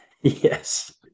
Yes